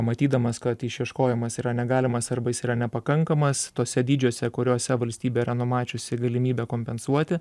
matydamas kad išieškojimas yra negalimas arba jis yra nepakankamas tuose dydžiuose kuriuose valstybė yra numačiusi galimybę kompensuoti